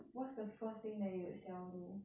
what's the first thing that you will sell though